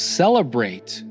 celebrate